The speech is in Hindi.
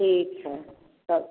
ठीक है रख